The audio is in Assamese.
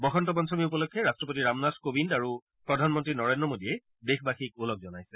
বসন্ত পঞ্চমী উপলক্ষে ৰাট্টপতি ৰামনাথ কোৱিন্দ আৰু প্ৰধানমন্ত্ৰী নৰেন্দ্ৰ মোদীয়ে দেশবাসীক ওলগ জনাইছে